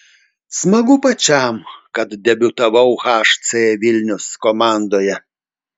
smagu pačiam kad debiutavau hc vilnius komandoje